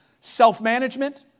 self-management